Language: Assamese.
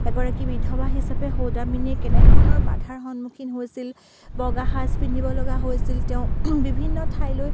এগৰাকী বিধৱা হিচাপে সৌদামিনীয়ে কেনেধৰণৰ বাধাৰ সন্মুখীন হৈছিল বগা সাজ পিন্ধিব লগা হৈছিল তেওঁ বিভিন্ন ঠাইলৈ